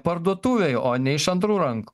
parduotuvėj o ne iš antrų rankų